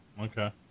okay